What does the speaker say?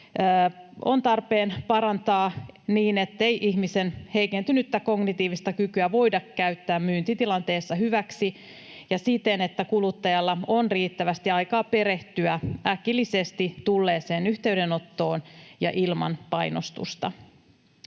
on tarpeen parantaa niin, ettei ihmisen heikentynyttä kognitiivista kykyä voida käyttää myyntitilanteessa hyväksi, ja siten, että kuluttajalla on riittävästi aikaa perehtyä äkillisesti tulleeseen yhteydenottoon ja ilman painostusta.